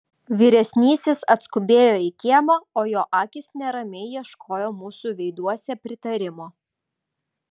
vyresnysis atskubėjo į kiemą o jo akys neramiai ieškojo mūsų veiduose pritarimo